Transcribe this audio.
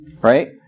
Right